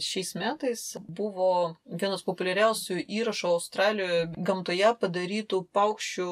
šiais metais buvo vienas populiariausių įrašų australijoje gamtoje padarytų paukščių